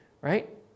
right